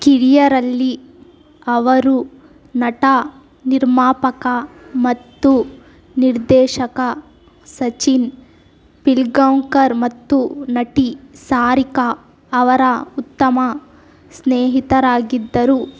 ಕಿರಿಯರಲ್ಲಿ ಅವರು ನಟ ನಿರ್ಮಾಪಕ ಮತ್ತು ನಿರ್ದೇಶಕ ಸಚಿನ್ ಪಿಲ್ಗಾಂವ್ಕರ್ ಮತ್ತು ನಟಿ ಸಾರಿಕಾ ಅವರ ಉತ್ತಮ ಸ್ನೇಹಿತರಾಗಿದ್ದರು